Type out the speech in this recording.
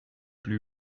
blu